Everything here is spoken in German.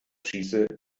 schieße